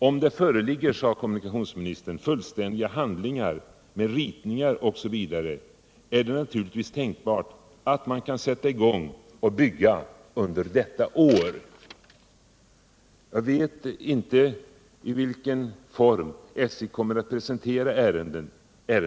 ”Om det föreligger”, sade kommunikationsministern, ”fullständiga handlingar med ritningar osv. är det naturligtvis tänkbart att man kan sätta i gång och bygga under detta år.” Kommunikationsministern sade vidare: ”Jag vet inte i vilken form SJ kommer att presentera ärendet.